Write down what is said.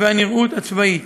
והנראות הצבאית.